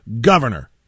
governor